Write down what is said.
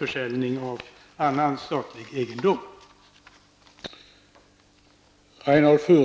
Men det är en fråga